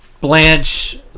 Blanche